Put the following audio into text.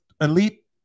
elite